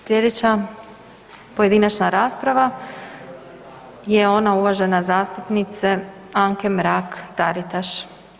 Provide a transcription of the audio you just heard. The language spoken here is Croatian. Slijedeća pojedinačna rasprava je ona uvažene zastupnice Anke Mrak Taritaš.